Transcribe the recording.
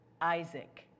Isaac